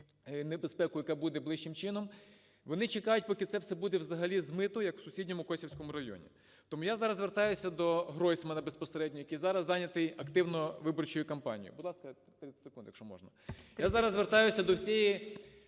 небезпеку, яка буде ближчим чином. Вони чекають, поки це все буде взагалі змито, як в сусідньому Косівському районі. Тому я зараз звертаюся до Гройсмана безпосередньо, який зараз зайнятий активно виборчою кампанією. Будь ласка, 30 секунд, якщо можна. Я зараз звертаюся до всієї